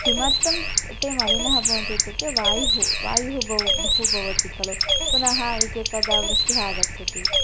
किमर्थं ते मलिनं भवन्ति इत्युक्ते वायुः वायुः बहु बहु भवति खलु पुनः एकैकदा वृष्टिः आगच्छति